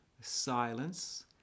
silence